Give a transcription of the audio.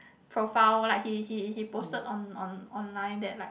profile like he he he posted on on online that like